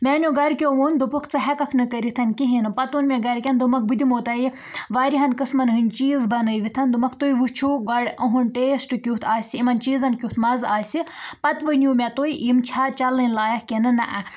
میٛانٮ۪و گَرکٮ۪و ووٚن دوٚپُکھ ژٕ ہیٚککھ نہٕ کٔرِتھ کِہیٖنٛۍ نہٕ پَتہٕ ووٚن مےٚ گَرِکٮ۪ن دوٚپمَکھ بہٕ دِمَو تۄہہِ واریاہَن قٕسمَن ہٕنٛدۍ چیٖز بَنٲوِتھ دوٚپمَکھ تُہۍ وُچھو گۄڈٕ أہُنٛد ٹیٚسٹ کٮُ۪تھ آسہِ یِمَن چیٖزَن کٮُ۪تھ مَزٕ آسہِ پَتہٕ ؤنِو مےٚ تُہۍ یِم چھا چَلٕنۍ لایق کِنہٕ نہَ